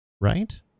right